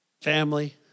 family